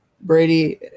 Brady